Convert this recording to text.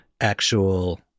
actual